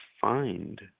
find